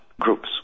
groups